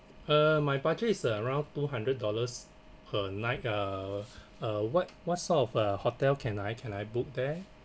uh my budget is uh around two hundred dollars per night uh uh what what sort of uh hotel can I can I book there